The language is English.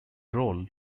role